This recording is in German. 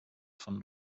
von